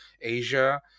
asia